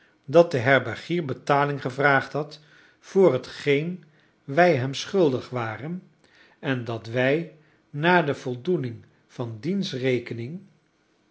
dat de herbergier betaling gevraagd had voor hetgeen wij hem schuldig waren en dat wij na de voldoening van diens rekening